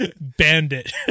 bandit